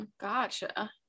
gotcha